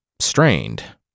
strained